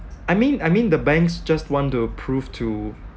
I mean I mean the banks just want to prove to